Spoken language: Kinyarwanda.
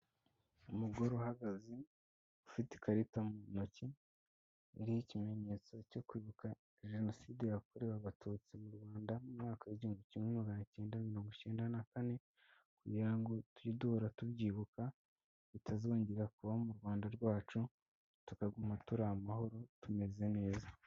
Umugore uhagaze ufite ikarita mu ntoki, iriho ikimenyetso cyo kwibuka Jenoside yakorewe Abatutsi mu Rwanda mu mwaka w'igihumbi kimwe, magana cyenda mirongo icyenda na kane, kugira ngo tujye duhora tubyibuka, bitazongera kuba mu Rwanda rwacu, tukaguma turi amahoro tumeze neza.